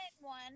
one